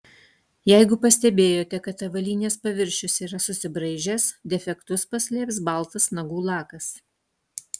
jeigu pastebėjote kad avalynės paviršius yra susibraižęs defektus paslėps baltas nagų lakas